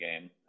game